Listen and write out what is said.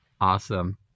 Awesome